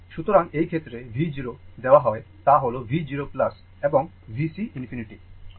সুতরাং এই ক্ষেত্রে V 0 দেওয়া হয় তা হল V 0 এবং VC ∞